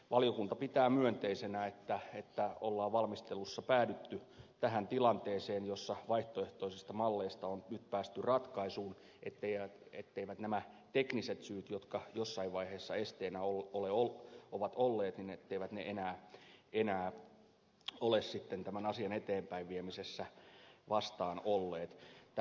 valiokunta pitää myönteisenä että on valmistelussa päädytty tähän tilanteeseen jossa vaihtoehtoisista malleista on nyt päästy ratkaisuun etteivät nämä tekniset syyt jotka jossain vaiheessa esteenä ovat olleet enää ole sitten tämän asian eteenpäinviemisessä vastaan olleet